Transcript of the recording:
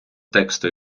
тексту